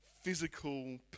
physical